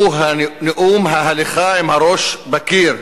הוא נאום ההליכה עם הראש בקיר.